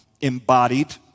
embodied